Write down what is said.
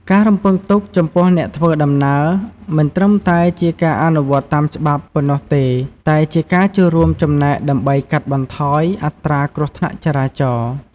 ការរំពឹងទុកចំពោះអ្នកធ្វើដំណើរមិនត្រឹមតែជាការអនុវត្តតាមច្បាប់ប៉ុណ្ណោះទេ តែជាការចូលរួមចំណែកដើម្បីកាត់បន្ថយអត្រាគ្រោះថ្នាក់ចរាចរណ៍។